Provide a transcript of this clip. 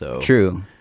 True